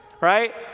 right